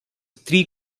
three